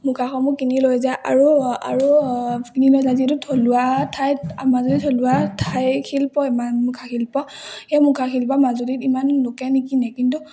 মুখাসমূহ কিনি লৈ যায় আৰু আৰু কিনি লৈ যায় যিহেতু থলুৱা ঠাইত মাজুলী থলুৱা ঠাই শিল্প ইমান মুখা শিল্প সেই মুখাশিল্প মাজুলীত ইমান লোকে নিকিনে কিন্তু